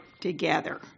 together